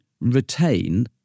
retain